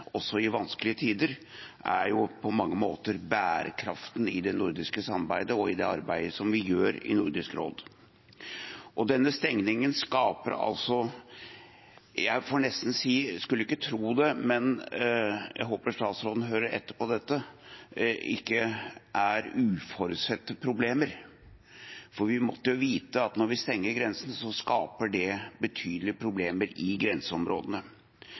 også i vanskelige tider, er på mange måter bærekraften i det nordiske samarbeidet og i det arbeidet som vi gjør i Nordisk råd. Denne stengningen skaper ikke – jeg får nesten si, selv om man ikke skulle tro det, og jeg håper statsråden hører etter – uforutsette problemer, for vi måtte jo vite at når vi stenger grensen, skaper det betydelige problemer i grenseområdene.